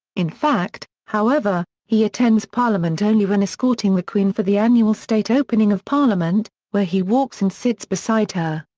in fact, however, he attends parliament only when escorting the queen for the annual state opening of parliament, where he walks and sits beside her.